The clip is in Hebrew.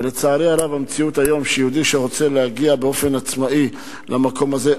ולצערי הרב המציאות היום היא שיהודי שרוצה להגיע באופן עצמאי למקום הזה,